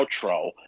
outro